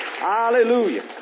Hallelujah